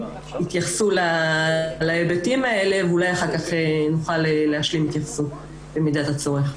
יתייחסו להיבטים האלה ואולי אחר כך נוכל להשלים התייחסות במידת הצורך.